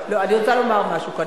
אני רוצה לומר משהו כאן.